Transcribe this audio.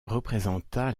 représenta